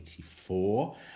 1984